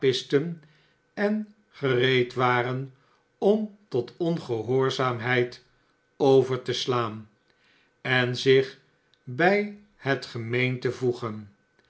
en gereed waren om tot ongehoorzaamheid over te slaan en zich bij het gemeen te voegen